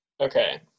Okay